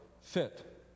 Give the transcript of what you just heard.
fit